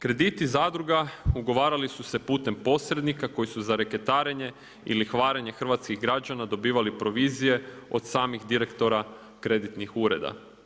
Krediti zadruga ugovarali su se putem posrednika koji su za reketarenje i lihvarenje hrvatskih građana dobivali provizije od samih direktora kreditnih ureda.